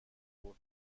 برد